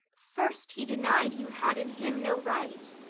first he denied you had in him no right.